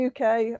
UK